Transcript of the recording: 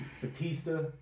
Batista